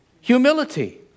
humility